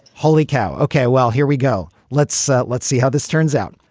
holy cow. okay well here we go. let's so let's see how this turns out.